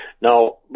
Now